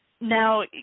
Now